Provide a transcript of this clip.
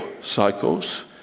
cycles